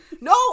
No